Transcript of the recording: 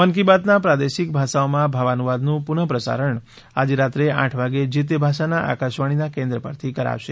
મન કી બાતના પ્રાદેશિક ભાષાઓમાં ભાવાનુવાદનું પુનઃપ્રસારણ આજે રાત્રે આઠ વાગે જે તે ભાષાના આકાશવાણીના કેન્દ્રો પરથી કરાશે